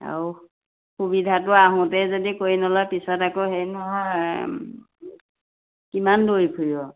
আৰু সুবিধাটো আহোঁতে যদি কৰি নলয় পিছত আকৌ হেৰি নহয় কিমান দৌৰি ফুৰিব